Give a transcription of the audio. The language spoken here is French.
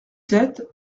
sept